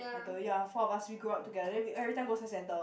I told you ya four of us we grew up together we every time go science centre